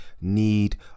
need